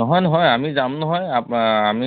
নহয় নহয় আমি যাম নহয় আপ্ আমি